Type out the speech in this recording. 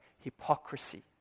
hypocrisy